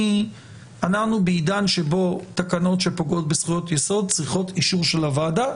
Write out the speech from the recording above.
אנחנו בעידן שבו תקנות שפוגעות בזכויות יסוד צריכות אישור של הוועדה.